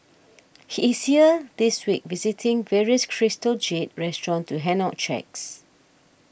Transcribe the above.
he is here this week visiting various Crystal Jade restaurants to hand out cheques